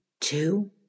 two